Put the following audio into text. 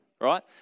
right